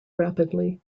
rapidly